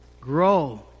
grow